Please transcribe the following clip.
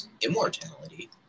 immortality